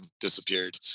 disappeared